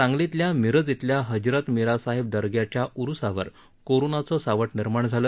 सांगलीतल्या मिरज इथल्या हजरत मिरासाहेब दर्ग्याच्या उरुसावर कोरोनाचं सावट निर्माण झालं